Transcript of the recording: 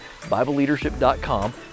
BibleLeadership.com